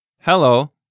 Hello